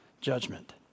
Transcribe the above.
judgment